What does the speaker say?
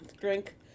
drink